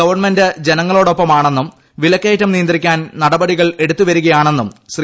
government ജനങ്ങളോടൊപ്പമാണെന്നും വിലക്കയറ്റും നിയുന്ത്രിക്കാൻ നടപടികൾ എടുത്തുവരികയാണെന്നും ശ്രീ